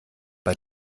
bei